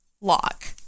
lock